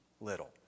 little